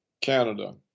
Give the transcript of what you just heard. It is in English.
Canada